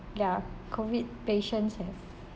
ya COVID patients have